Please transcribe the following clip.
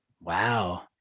Wow